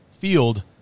field